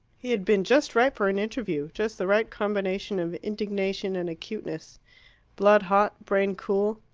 he had been just ripe for an interview just the right combination of indignation and acuteness blood hot, brain cool.